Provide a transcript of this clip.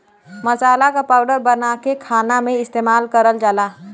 मसाला क पाउडर बनाके खाना में इस्तेमाल करल जाला